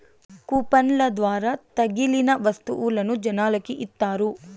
కూపన్ల ద్వారా తగిలిన వత్తువులను జనాలకి ఇత్తారు